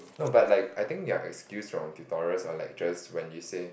no but like I think we excused from like tutorials or lectures when you say